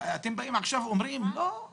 חבל שאוחנה לא פה, היה אומר לך את התשובה.